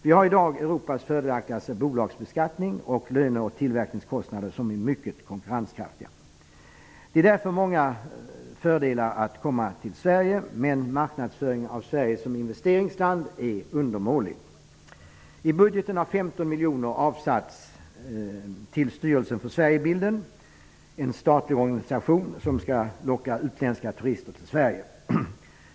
Vi har i dag Europas fördelaktigaste bolagsbeskattning samt löne och tillverkningskostnader, som är mycket konkurrenskraftiga. Det är därför många fördelar med att komma till Sverige, men marknadsföringen av Sverige som investeringsland är undermålig. I budgeten har 15 miljoner avsatts till Styrelsen för Sverigebilden, en statlig organisation som skall locka utländska turister till Sverige.